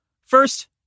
First